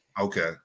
Okay